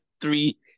three